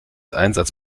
einsatz